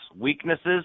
weaknesses